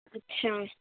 اچھا